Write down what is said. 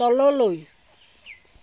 তললৈ